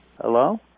Hello